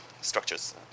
structures